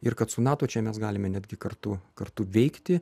ir kad su nato čia mes galime netgi kartu kartu veikti